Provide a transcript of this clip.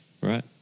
right